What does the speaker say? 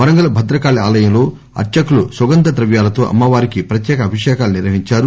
వరంగల్ భద్రకాళీ ఆలయంలో అర్పకులు సుగంధ ద్రవ్యాలతో అమ్మవారికి ప్రత్యేక అభిషేకాలు నిర్వహించారు